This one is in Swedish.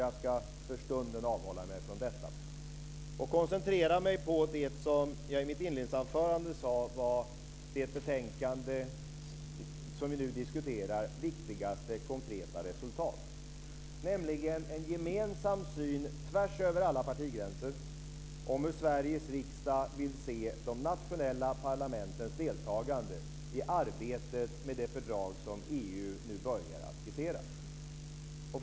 Jag ska för stunden avhålla mig från detta och koncentrera mig på det som jag i mitt inledningsanförande sade var det viktigaste konkreta resultatet i det betänkande som vi nu diskuterar, nämligen en gemensam syn tvärsöver alla partigränser om hur Sveriges riksdag vill se de nationella parlamentens deltagande i arbetet med det fördrag som EU nu börjar att skissera.